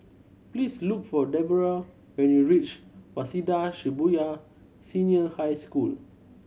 please look for Deborrah when you reach Waseda Shibuya Senior High School